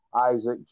Isaac